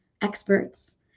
experts